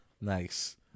Nice